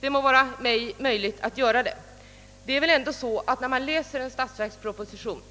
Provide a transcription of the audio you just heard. Det må vara mig tillåtet att göra det. När man läser en statsverksproposition